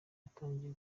yatangiye